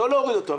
לא להוריד אותו,